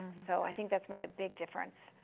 so i think that's made a big difference.